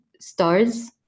stars